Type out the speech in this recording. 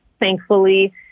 thankfully